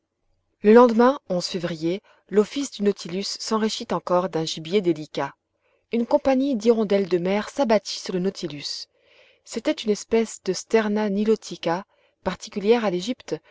le lendemain février l'office du nautilus s'enrichit encore d'un gibier délicat une compagnie d'hirondelles de mer s'abattit sur le nautilus c'était une espèce de sterna nilotica particulière à l'égypte